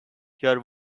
your